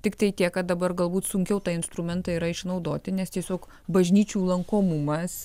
tiktai tiek kad dabar galbūt sunkiau tą instrumentą yra išnaudoti nes tiesiog bažnyčių lankomumas